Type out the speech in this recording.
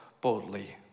boldly